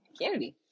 kennedy